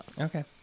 Okay